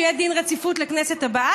שיהיה דין רציפות לכנסת הבאה.